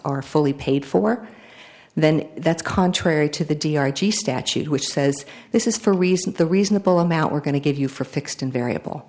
are fully paid for then that's contrary to the d r g statute which says this is for recent the reasonable amount we're going to give you for fixed and variable